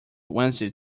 wednesday